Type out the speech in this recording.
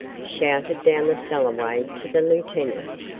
shouted down the cellarway to the lieutenant,